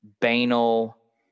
banal